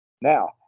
Now